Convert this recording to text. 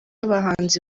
abahanzi